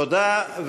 תודה.